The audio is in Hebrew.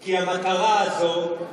כי המטרה הזאת,